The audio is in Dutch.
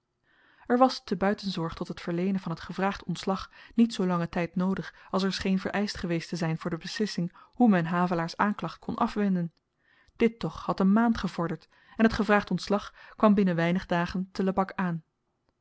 er was te buitenzorg tot het verleenen van t gevraagd ontslag niet zoo langen tyd noodig als er scheen vereischt geweest te zyn voor de beslissing hoe men havelaars aanklacht kon afwenden dit toch had een maand gevorderd en t gevraagd ontslag kwam binnen weinig dagen te lebak aan